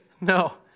No